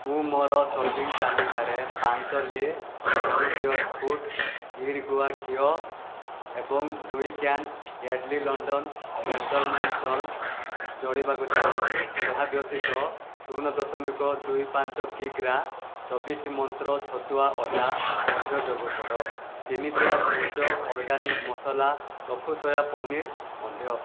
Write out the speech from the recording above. ମୁଁ ମୋର ସପିଂ ତାଲିକାରେ ପାଞ୍ଚ ଲି କନସିଅସ୍ ଫୁଡ ଗିର୍ ଗୁଆ ଘିଅ ଏବଂ ଦୁଇ can Yardley London gentleman talc ଯୋଡ଼ିବାକୁ ଚାହୁଁଛି ଏହା ବ୍ୟତୀତ ଶୂନ ଦଶମିକ ଦୁଇ ପାଞ୍ଚ କିଗ୍ରା ଚବିଶି ମନ୍ତ୍ର ଛତୁଆ ଅଟା ମଧ୍ୟ ଯୋଗ କର ତିନି ପ୍ୟାକ୍ ମୂଜ organic masala tofu soya paneer ମଧ୍ୟ